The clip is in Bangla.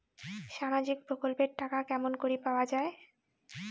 সামাজিক প্রকল্পের টাকা কেমন করি পাওয়া যায়?